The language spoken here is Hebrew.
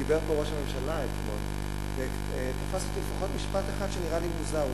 דיבר פה ראש הממשלה אתמול ותפס אותי לפחות משפט אחד שנראה לי מוזר.